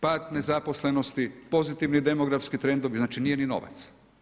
Pad nezaposlenosti, pozitivni demografski trendovi, znači nije ni novac.